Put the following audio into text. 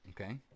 Okay